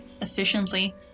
efficiently